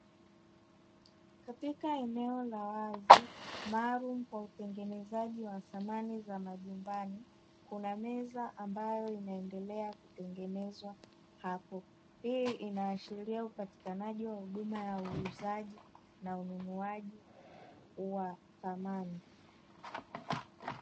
Katika eneo la wazi maalumu kwa utengenezaji wa samani za majumbani, kuna meza ambayo inaendelea kutengenezwa hapo. Hii inaashiria upatikanaji wa huduma ya uuzaji na ununuaji wa samani.